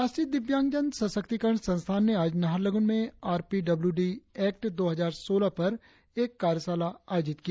राष्ट्रीय दिवांगजन सशक्तिकरण संस्थान ने आज नाहरलगुन में R P W D act दो हजार सोलह पर एक कार्यशाला का आयोजन किया